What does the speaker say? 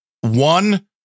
one